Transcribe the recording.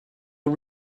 read